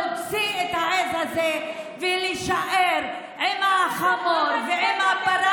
להוציא את העז הזאת ולהישאר עם החמור ועם הפרה